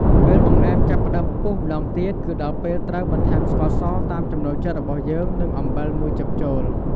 ពេលបង្អែមចាប់ផ្ដើមពុះម្តងទៀត គឺដល់ពេលត្រូវ បន្ថែមស្ករស តាមចំណូលចិត្តរបស់យើង និង អំបិល ១ ចឹបចូល។